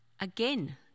Again